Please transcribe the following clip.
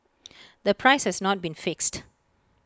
the price has not been fixed